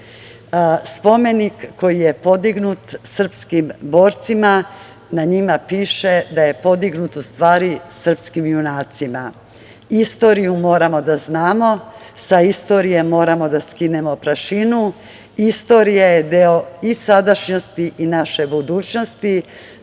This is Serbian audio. spomeniku koji je podignut srpskim borcima piše da je podignut srpskim junacima. Istoriju moramo da znamo, sa istorije moramo da skinemo prašinu, istorija je deo i sadašnjosti i naše budućnosti.